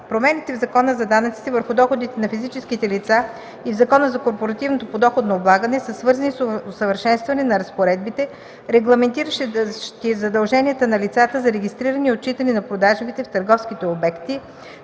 Промените в Закона за данъците върху доходите на физическите лица и в Закона за корпоративното подоходно облагане са свързани с усъвършенстване на разпоредбите, регламентиращи задълженията на лицата за регистриране и отчитане на продажбите в търговските обекти